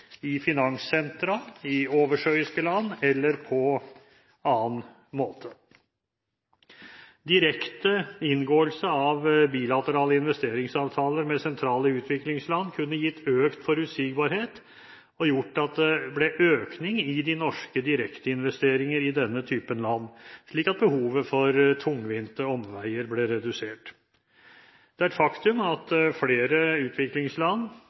i finanssentra, i oversjøiske land eller på annen måte. Direkte inngåelse av bilaterale investeringsavtaler med sentrale utviklingsland kunne gitt økt forutsigbarhet og gjort at det ble økning i de norske direkteinvesteringer i denne typen land, slik at behovet for tungvinte omveier ble redusert. Det er et faktum at flere utviklingsland